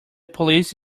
police